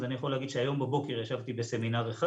אז אני יכול להגיד שהיום בבוקר ישבתי בסמינר אחד